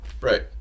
Right